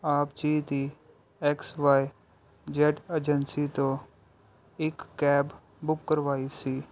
ਆਪ ਜੀ ਦੀ ਐਕਸ ਵਾਏ ਜੈੱਡ ਏਜੇਂਸੀ ਤੋਂ ਇੱਕ ਕੈਬ ਬੁੱਕ ਕਰਵਾਈ ਸੀ